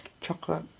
Chocolate